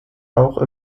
auch